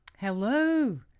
hello